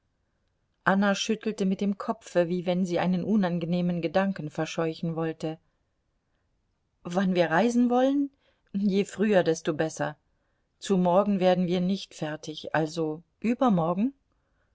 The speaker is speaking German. anna schüttelte mit dem kopfe wie wenn sie einen unangenehmen gedanken verscheuchen wollte wann wir reisen wollen je früher desto besser zu morgen werden wir nicht fertig also übermorgen